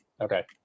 Okay